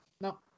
No